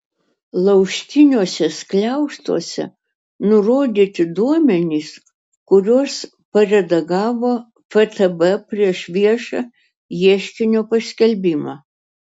laužtiniuose skliaustuose nurodyti duomenys kuriuos paredagavo ftb prieš viešą ieškinio paskelbimą